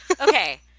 okay